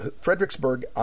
Fredericksburg